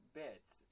bits